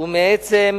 ומעצם